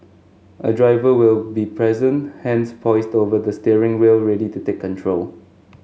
a driver will be present hands poised over the steering wheel ready to take control